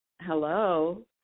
Hello